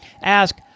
ask